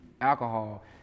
alcohol